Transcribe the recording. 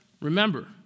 remember